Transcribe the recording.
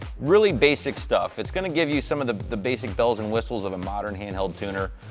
really basic stuff. it's going to give you some of the the basic bells and whistles of a modern handheld tuner,